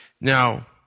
Now